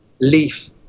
leaf